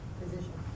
position